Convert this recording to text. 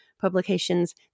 publications